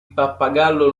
pappagallo